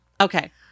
Okay